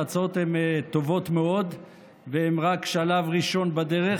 ההצעות הן טובות מאוד והן רק שלב ראשון בדרך,